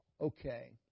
Okay